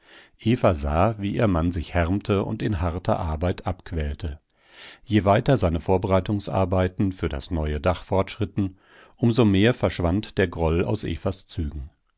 sah wie ihr mann sich härmte und in harter arbeit abquälte je weiter seine vorbereitungsarbeiten für das neue dach fortschritten um so mehr verschwand der groll aus evas zügen